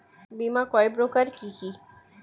বীমা কয় প্রকার কি কি?